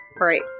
Right